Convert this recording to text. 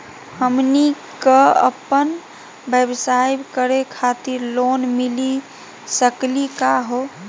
हमनी क अपन व्यवसाय करै खातिर लोन मिली सकली का हो?